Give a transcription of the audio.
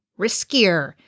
riskier